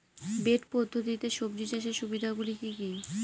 Bed পদ্ধতিতে সবজি চাষের সুবিধাগুলি কি কি?